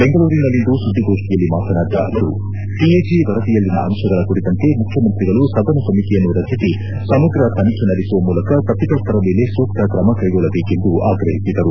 ದೆಂಗಳೂರಿನಲ್ಲಿಂದು ಸುದ್ಗೋಷ್ಠಿಯಲ್ಲಿ ಮಾತನಾಡಿದ ಅವರು ಸಿಎಜಿ ವರದಿಯಲ್ಲಿನ ಅಂತಗಳ ಕುರಿತಂತೆ ಮುಖ್ಯಮಂತ್ರಿಗಳು ಸದನ ಸಮಿತಿಯನ್ನು ರಚಿಸಿ ಸಮಗ್ರ ತನಿಖೆ ನಡೆಸುವ ಮೂಲಕ ತಪ್ಪಿತಪ್ಪರ ಮೇಲೆ ಸೂಕ್ತ ಕ್ರಮಕ್ಕೆಗೊಳ್ಳಬೇಕೆಂದು ಆಗ್ರಹಿಸಿದರು